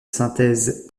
synthèse